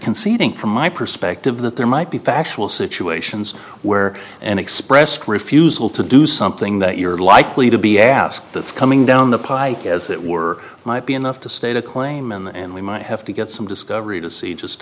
conceding from my perspective that there might be factual situations where an expressed refusal to do something that you're likely to be asked that's coming down the pike as it were might be enough to state a claim and we might have to get some discovery to see just